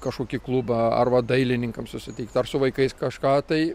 kažkokį klubą arba dailininkams susitikt ar su vaikais kažką tai